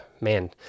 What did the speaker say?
Man